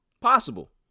Possible